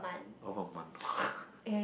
over a month